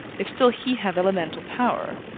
if still he have elemental power,